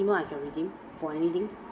I can redeem for anything